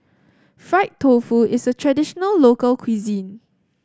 Fried Tofu is a traditional local cuisine